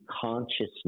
consciousness